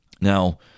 Now